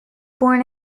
born